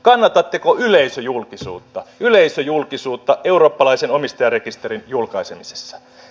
kannatatteko yleisöjulkisuutta yleisöjulkisuutta eurooppalaisen omistajarekisterin julkaisemisessa